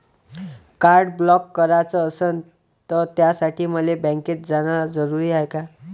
Card block कराच असनं त त्यासाठी मले बँकेत जानं जरुरी हाय का?